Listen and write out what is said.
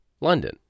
London